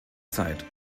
zeit